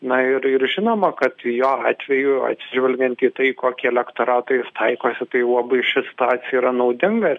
na ir ir žinoma kad jo atveju atsižvelgiant į tai kokį elektoratą jis taikosi tai labai ši situacija yra naudinga